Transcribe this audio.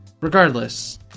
Regardless